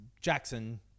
Jackson